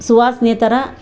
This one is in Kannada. ಸುವಾಸನೆ ಥರ